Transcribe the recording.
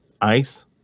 ice